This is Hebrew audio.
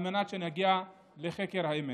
על מנת שנגיע לחקר האמת.